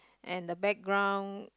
and the background